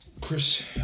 Chris